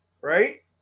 Right